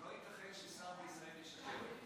לא ייתכן ששר בישראל ישקר.